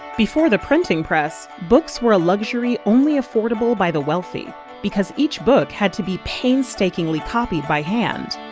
before the printing press, books were a luxury only affordable by the wealthy because each book had to be painstakingly copied by hand.